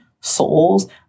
souls